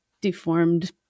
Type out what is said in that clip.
deformed